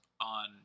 on